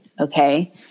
Okay